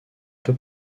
peu